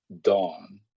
dawn